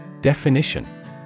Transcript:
Definition